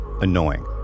annoying